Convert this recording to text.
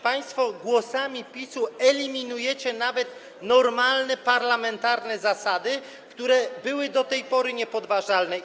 Państwo głosami PiS-u eliminujecie nawet normalne parlamentarne zasady, które były do tej pory niepodważalne.